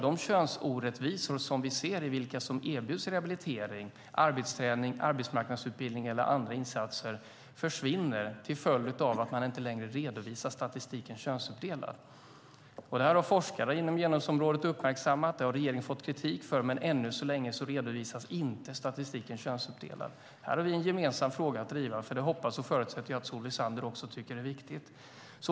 De könsorättvisor som vi ser i vilka som erbjuds rehabilitering, arbetsträning, arbetsmarknadsutbildning eller andra insatser "försvinner" till följd av att man inte längre redovisar statistiken könsuppdelad. Det har forskare inom genusområdet uppmärksammat, och det har regeringen fått kritik för, för ännu så länge redovisas inte statistiken könsuppdelad. Här har vi en gemensam fråga att driva, för den hoppas och förutsätter jag att även Solveig Zander tycker är viktig.